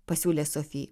pasiūlė sofi